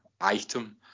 item